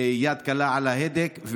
ביד קלה על ההדק,